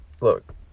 Look